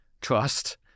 trust